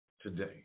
today